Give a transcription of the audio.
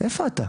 איפה אתה,